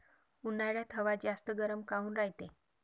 उन्हाळ्यात हवा जास्त गरम काऊन रायते?